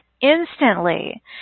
instantly